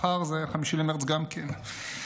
מחר 5 במרץ גם כן,